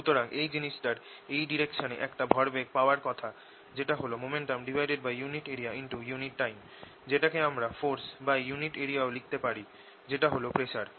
সুতরাং এই জিনিসটার এই ডাইরেকশনে একটা ভরবেগ পাওয়ার কথা যেটা হল Momentumunit areaunit time যেটাকে আমরা Forceunit area ও লিখতে পারি যেটা হল প্রেসার